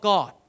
God